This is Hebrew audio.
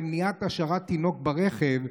למניעת השארת תינוק ברכב,